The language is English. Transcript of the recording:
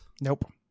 nope